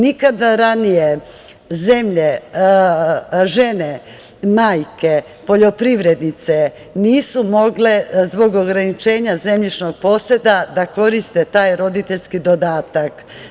Nikada ranije žene, majke, poljoprivrednice nisu mogle zbog ograničenja zemljišnog poseda da koriste taj roditeljski dodatak.